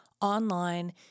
online